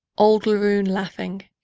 old laroon laughing,